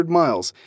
miles